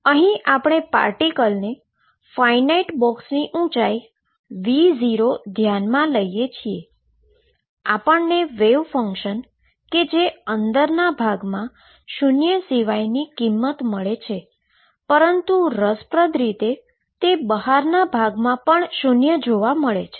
હવે આપણે પાર્ટીકલને ફાઈનાઈટ બોક્સની ઉંચાઈ V0 ધ્યાનમાં લઈએ તો આપણે વેવ ફંક્શન કે જે અંદરના ભાગમાં શુન્ય સિવાયની કિંમત મળે છે પરંતુ રસપ્રદ રીતે તે બહારના ભાગમા પણ શુન્ય જોવા મળે છે